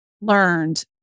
learned